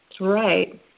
Right